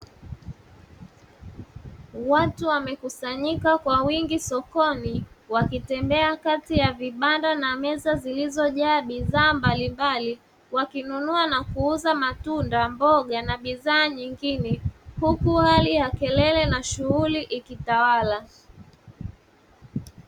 Watu wamekusanyika kwa wingi sokoni wakitembea kati ya vibanda na meza zilizojaa bidhaa mbalimbali. Wakinunua na kuuza matunda, mboga na bidhaa nyingine. Huku hali ya kelele na shughuli ikitawala.